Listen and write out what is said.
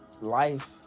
life